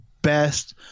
best